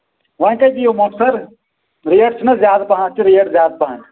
وۄنۍ کٔہۍ دِیِو مۄخصر ریٹ چھِ نہ زیادٕ پَہم اَتھ چھِ ریٹ زیادٕ پَہم